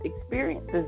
experiences